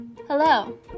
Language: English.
Hello